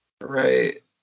Right